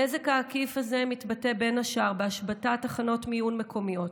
הנזק העקיף הזה מתבטא בין השאר בהשבתת תחנות מיון מקומיות,